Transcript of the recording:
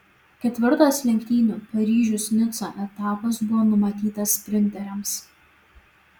ketvirtas lenktynių paryžius nica etapas buvo numatytas sprinteriams